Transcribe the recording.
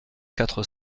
quatre